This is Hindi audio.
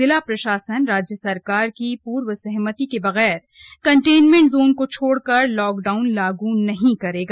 जिला प्रशासन राज्य सरकार की पूर्व सहमति के बगैर कंटेनमेंट जोन को छोड़कर लॉकडाउन लागू नहीं करेगा